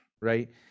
right